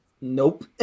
nope